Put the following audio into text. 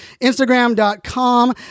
Instagram.com